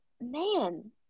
man